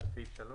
סעיף 3